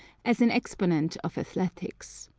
as an exponent of athletics.